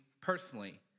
personally